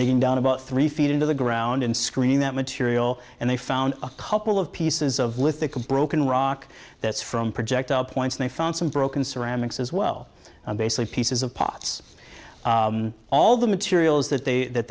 digging down about three feet into the ground and screening that material and they found a couple of pieces of lithic a broken rock that's from project up points they found some broken ceramics as well basically pieces of pots all the materials that they that